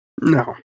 No